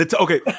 Okay